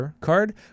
card